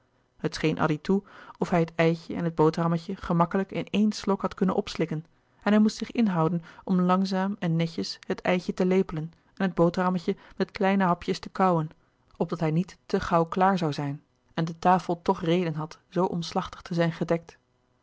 het scheen addy toe of hij het eitje en het boterhammetje gemakkelijk in één slok had kunnen opslikken en hij moest zich inhouden om langzaam en netjes het eitje te lepelen en het boterhammetje met kleine hapjes te kauwen opdat hij niet te gauw klaar zoû zijn en de tafel toch reden had zoo omslachtig te zijn gedekt